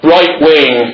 Right-wing